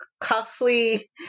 costly